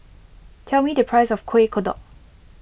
tell me the price of Kuih Kodok